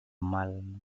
mal